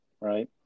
right